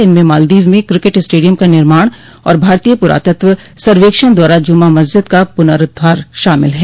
इनमें मालदीव में cricket stadium का निर्माण और भारतीय पुरातत्व सर्वेक्षण द्वारा जुमा मस्जिद का पुनरूद्वार शामिल है